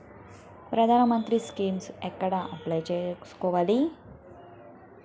ప్రధాన మంత్రి స్కీమ్స్ ఎక్కడ అప్లయ్ చేసుకోవాలి?